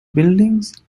buildings